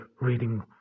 reading